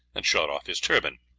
and shot off his turban.